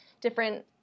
different